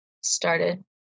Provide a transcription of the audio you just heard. started